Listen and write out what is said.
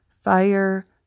Fire